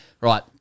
Right